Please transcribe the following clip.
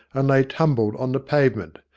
and lay tumbled on the pavement,